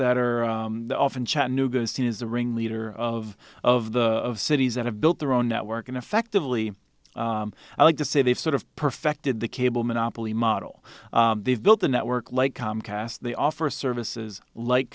that are often chattanooga seen as the ringleader of of the cities that have built their own network and effectively i like to say they've sort of perfected the cable monopoly model they've built a network like comcast they offer services like